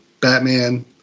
Batman